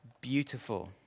beautiful